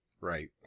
Right